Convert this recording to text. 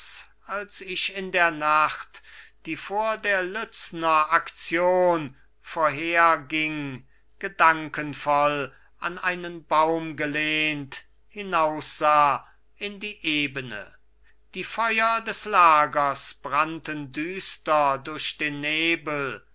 als ich in der nacht die vor der lützner aktion vorherging gedankenvoll an einen baum gelehnt hinaussah in die ebene die feuer des lagers brannten düster durch den nebel